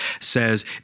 says